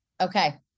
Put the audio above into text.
Okay